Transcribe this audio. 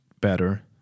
better